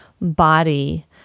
body